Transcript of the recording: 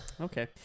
Okay